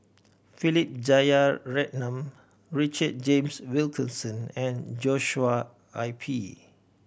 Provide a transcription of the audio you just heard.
Philip Jeyaretnam Richard James Wilkinson and Joshua I P